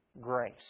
grace